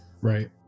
Right